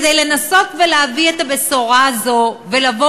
כדי לנסות ולהביא את הבשורה הזאת ולבוא